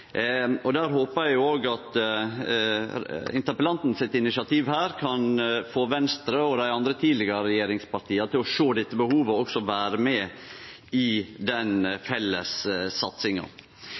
Der håpar eg òg at interpellanten sitt initiativ her kan få Venstre og dei andre tidlegare regjeringspartia til å sjå dette behovet og også vere med i den